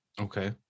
Okay